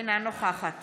אינה נוכחת